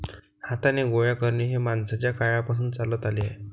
हाताने गोळा करणे हे माणसाच्या काळापासून चालत आले आहे